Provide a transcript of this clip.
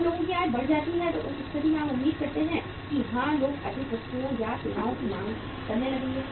जब लोगों की आय बढ़ जाती है तो उस स्थिति में आप उम्मीद कर सकते हैं कि हाँ लोग अधिक वस्तुओं और सेवाओं की माँग करने लगेंगे